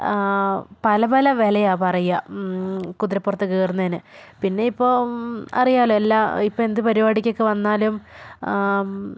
പല പല വിലയാണ് പറയുക കുതിരപ്പുറത്ത് കയറുന്നതിന് പിന്നെ ഇപ്പോൾ അറിയാല്ലോ എല്ലാ ഇപ്പോൾ എന്ത് പരിപാടിക്കൊക്കെ വന്നാലും